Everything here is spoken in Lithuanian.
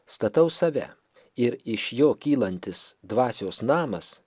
statau save ir iš jo kylantis dvasios namas